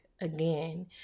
Again